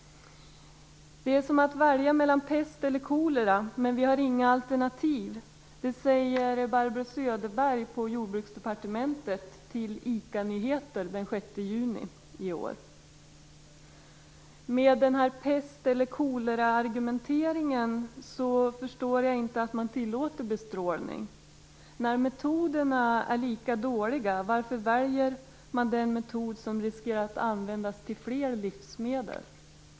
Det är som att välja mellan pest eller kolera, men vi har inga alternativ, säger Barbro Söderberg på Jordbruksdepartementet till ICA-Nyheter den 6 juni i år. Mot bakgrund av pest-eller-kolera-argumentet förstår jag inte att man tillåter bestrålning. När metoderna är lika dåliga, varför väljer man då den metod som riskerar att bli använd för fler livsmedel?